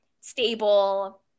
stable